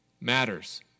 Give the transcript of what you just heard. matters